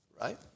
right